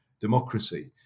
democracy